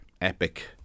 epic